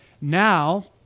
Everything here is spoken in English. Now